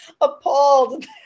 appalled